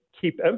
keep